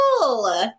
cool